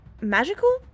magical